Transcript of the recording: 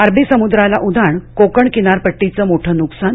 अरबी समूद्राला उधाण कोकण किनारपट्टीचं मोठं नूकसान